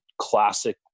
classic